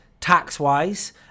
tax-wise